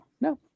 No